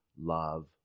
love